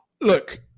Look